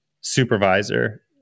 supervisor